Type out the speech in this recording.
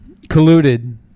colluded